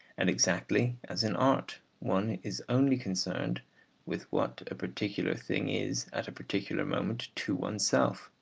and exactly as in art one is only concerned with what a particular thing is at a particular moment to oneself,